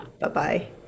Bye-bye